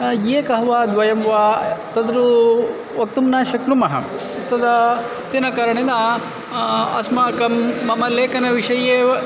एकः वा द्वयं वा तत्र वक्तुं न शक्नुमः तदा तेन कारणेन अस्माकं मम लेखनविषये एव